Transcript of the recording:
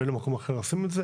ואין לו מקום אחר לשים אותו,